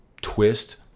twist